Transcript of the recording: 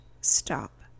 stop